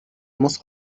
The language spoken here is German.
muss